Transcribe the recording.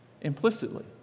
implicitly